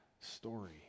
story